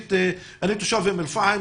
אני תושב אום אל פאחם,